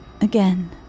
Again